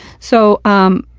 so, um,